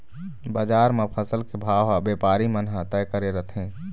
बजार म फसल के भाव ह बेपारी मन ह तय करे रथें